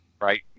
Right